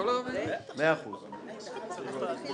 על כל הרביזיות.